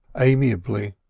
amiably.